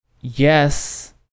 Yes